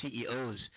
CEOs